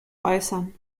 äußern